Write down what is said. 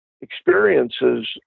experiences